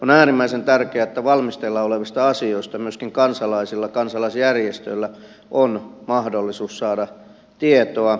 on äärimmäisen tärkeää että valmisteilla olevista asioista myöskin kansalaisilla kansalaisjärjestöillä on mahdollisuus saada tietoa